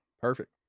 Perfect